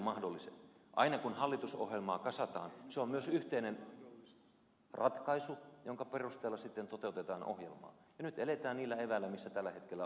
aina kun hallitusohjelmaa kasataan se on myös yhteinen ratkaisu jonka perusteella sitten toteutetaan ohjelmaa ja nyt eletään niillä eväillä mitkä tällä hetkellä on